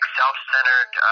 self-centered